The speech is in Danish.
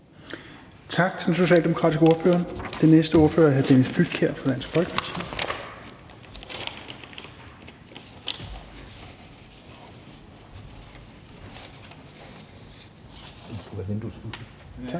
Tak til den socialdemokratiske ordfører. Den næste ordfører er hr. Dennis Flydtkjær fra Dansk Folkeparti. Kl.